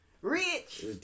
Rich